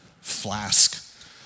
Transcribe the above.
flask